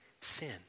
sin